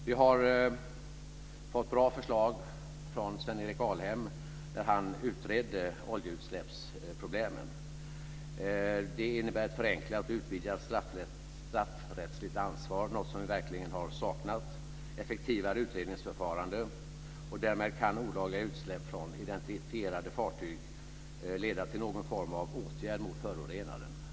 Vi har fått bra förslag från Sven-Erik Alhem när han utredde oljeutsläppsproblemen. Det innebär ett förenklat och utvidgat straffrättsligt ansvar, något som vi verkligen har saknat, och effektivare utredningsförfarande. Därmed kan olagliga utsläpp från identifierade fartyg leda till någon form av åtgärd mot förorenaren.